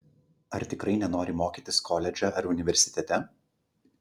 ar tikrai nenori mokytis koledže ar universitete